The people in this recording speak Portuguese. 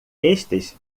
estes